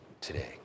today